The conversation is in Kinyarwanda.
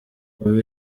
ubu